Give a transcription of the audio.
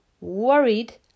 worried